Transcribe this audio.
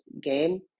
game